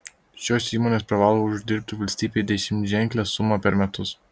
šios įmonės privalo uždirbti valstybei dešimtženklę sumą per metus